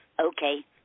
Okay